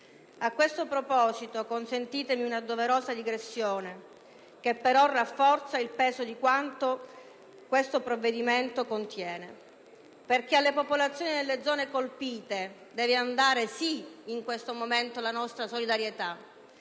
A questo proposito, consentitemi una doverosa digressione, che però rafforza il peso di quanto questo provvedimento contiene, perché alle popolazioni delle zone colpite dal sisma deve andare sì in questo momento la nostra solidarietà,